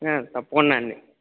ఆ తప్పకుండా అండి